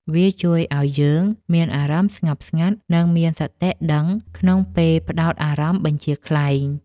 វាជួយឱ្យយើងមានអារម្មណ៍ស្ងប់ស្ងាត់ និងមានសតិដឹងក្នុងពេលផ្ដោតអារម្មណ៍បញ្ជាខ្លែង។